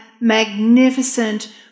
magnificent